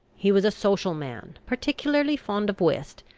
he was a social man, particularly fond of whist,